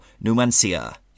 Numancia